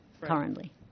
currently